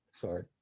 Sorry